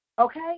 Okay